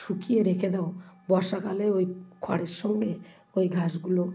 শুকিয়ে রেখে দাও বর্ষাকালে ওই খড়ের সঙ্গে ওই ঘাসগুলো